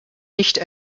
nicht